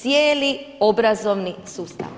Cijeli obrazovni sustav.